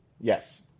Yes